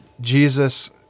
Jesus